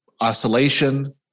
oscillation